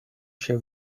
się